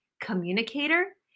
communicator